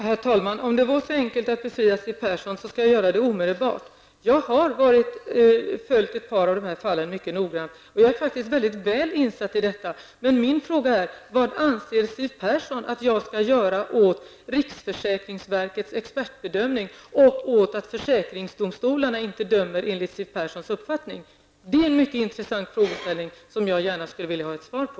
Herr talman! Om det är så enkelt att befria Siw Persson skall jag göra det omedelbart. Jag har följt ett par av dessa fall mycket noggrant. Jag är faktiskt mycket väl insatt i detta. Men min fråga är: Vad anser Siw Persson att jag skall göra åt riksförsäkringsverkets expertbedömning och åt att försäkringsdomstolarna inte dömer enligt Siw Perssons uppfattning? Det är en mycket intressant frågeställning som jag gärna skulle vilja ha ett svar på.